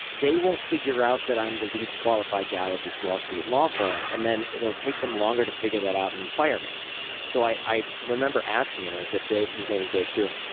they won't figure out that i'm the least qualified guy at this wall street law firm, and then it'll take them longer to figure that out and fire me so i i remember asking him. i said, dave. his name is dave too.